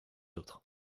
autres